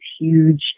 huge